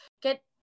get